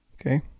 Okay